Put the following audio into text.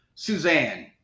Suzanne